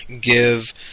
give